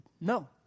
No